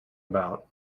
about